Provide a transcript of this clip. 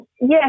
Yes